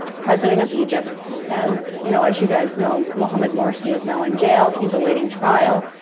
president of egypt and you know, as you guys know, mohamed morsi is now in jail. he's awaiting trial.